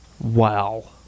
Wow